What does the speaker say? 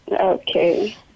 Okay